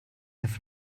have